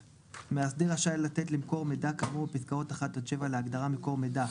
13/ב'.מאסדר רשאי לתת למקור מידע כאמור בפסקאות 1-7 (להגדרה מקור מידע)